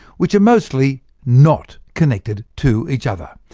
which are mostly not connected to each other.